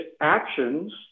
actions